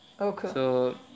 okay